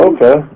Okay